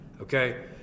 okay